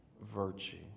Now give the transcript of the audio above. Virtue